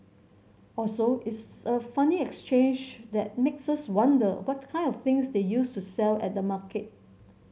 also it's a funny exchange that makes us wonder what kind of things they used to sell at the market